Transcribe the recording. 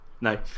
No